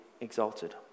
exalted